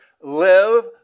live